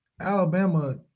Alabama